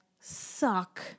suck